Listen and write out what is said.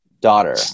daughter